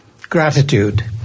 Gratitude